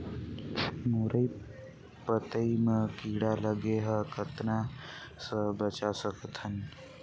मुरई पतई म कीड़ा लगे ह कतना स बचा सकथन?